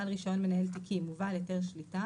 בעל רישיון מנהל תיקים ובעל היתר שליטה